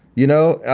you know,